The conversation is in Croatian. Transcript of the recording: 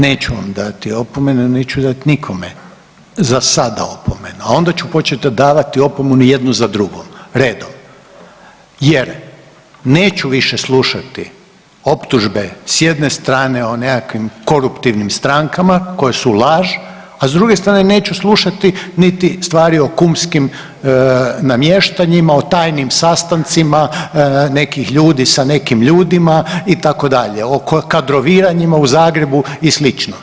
Neću vam dati opomenu jer neću dati nikome za sada opomenu, a onda ću početi davat opomenu jednu za drugom, redom jer neću više slušati optužbe s jedne strane o nekakvim koruptivnim strankama koje su laž, a s druge strane, neću slušati niti stvari o kumskim namještanjima, o tajnim sastancima nekih ljudi sa nekim ljudima, itd. oko kadroviranjima u Zagrebu i sl.